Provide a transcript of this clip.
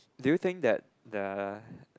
do you think that the